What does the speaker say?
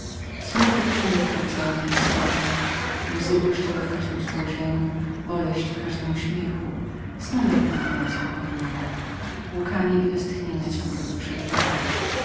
smutek ogarnął całą jej istotę łzy błyszczały w każdem jej spojrzeniu boleść w każdym uśmiechu snu nawet nie miała spokojnego łkania i westchnienia ciągle